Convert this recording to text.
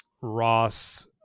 Ross